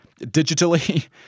digitally